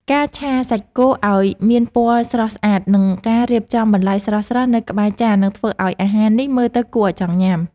ការឆាសាច់គោឱ្យមានពណ៌ស្រស់ស្អាតនិងការរៀបចំបន្លែស្រស់ៗនៅក្បែរចាននឹងធ្វើឱ្យអាហារនេះមើលទៅគួរឱ្យចង់ញ៉ាំ។